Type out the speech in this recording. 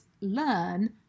learn